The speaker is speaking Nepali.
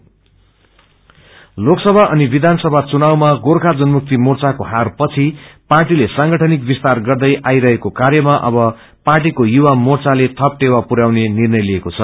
जीजेएमएम लोकसभा अनि विधानसभा चुनावमा गोर्खा जनमुक्ति मोर्चाको हारपछि पार्टीले सांगठनिक विस्तार गर्दै आईरहेको कार्यमा अब पार्टीको युवा मोचाले थप टेवा पुरयाउने निर्णय लिएको छ